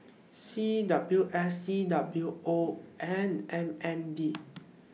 C W S C W O and M N D